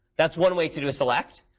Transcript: that's one way to do a select.